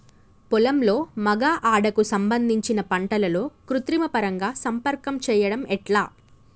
పొలంలో మగ ఆడ కు సంబంధించిన పంటలలో కృత్రిమ పరంగా సంపర్కం చెయ్యడం ఎట్ల?